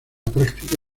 práctica